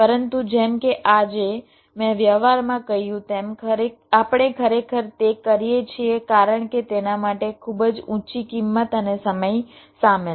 પરંતુ જેમ કે આજે મેં વ્યવહારમાં કહ્યું તેમ આપણે ખરેખર તે કરીએ છીએ કારણ કે તેના માટે ખૂબ જ ઊંચી કિંમત અને સમય સામેલ છે